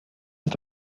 ist